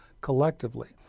collectively